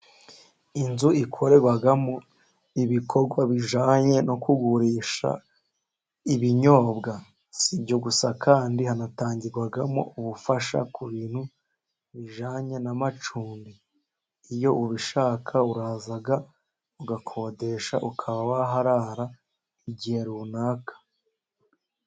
Inzu ikorerwamo ibikorwa bijyananye no kugurisha ibinyobwa. Si ibyo gusa kandi hanatangirwamo ubufasha ku bintu bijyananye n'amacumbi. Iyo ubishaka uraza ugakodesha ukaba waharara igihe runaka.